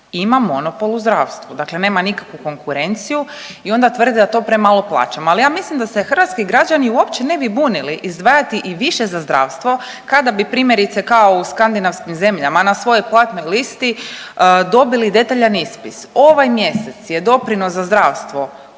ima monopol u zdravstvu. Dakle nema nikakvu konkurenciju i onda tvrdi da to premalo plaćamo, ali ja mislim da se hrvatski građani uopće ne bi bunili izdvajati i više za zdravstvo kada bi primjerice, kao u skandinavskim zemljama na svojoj platnoj listi dobili detaljan ispit. Ovaj mjesec je doprinos za zdravstvo